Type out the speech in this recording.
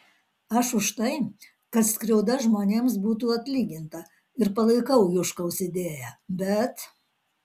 aš už tai kad skriauda žmonėms būtų atlyginta ir palaikau juškaus idėją bet